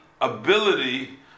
ability